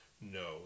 No